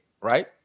right